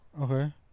Okay